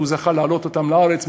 והוא זכה להעלות אותם לארץ,